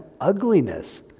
ugliness